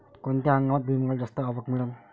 कोनत्या हंगामात भुईमुंगाले जास्त आवक मिळन?